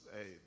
hey